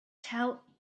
tell